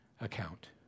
account